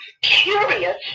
curious